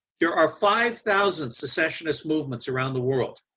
there are five thousand secessionist movement around the world.